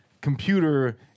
computer